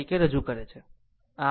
આમ 12πf C